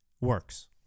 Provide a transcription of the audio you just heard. works